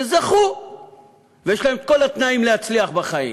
שזכו ויש להם כל התנאים להצליח בחיים,